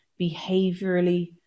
behaviorally